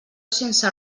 sense